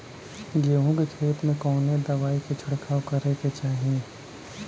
गेहूँ के खेत मे कवने दवाई क छिड़काव करे के चाही?